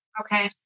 Okay